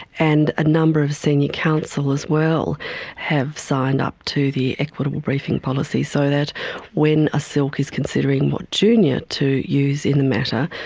and a number of senior counsel as well have signed up to the equitable briefing policy, so that when a silk is considering what a junior to use in a matter,